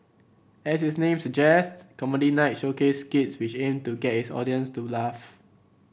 as its name suggests Comedy Night showcased skits which aimed to get its audience to laugh